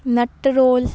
nut roll